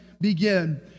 Begin